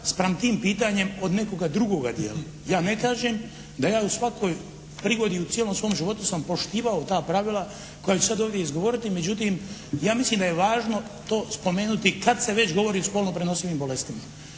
spram tih pitanja od nekoga drugoga dijela. Ja ne kažem da ja u svakoj prigodi u cijelom svom životu sam poštivao ta pravila koja ću sada ovdje izgovoriti, međutim ja mislim da je važno to spomenuti kad se već govori o spolno prenosivim bolestima.